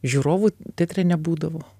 žiūrovų teatre nebūdavo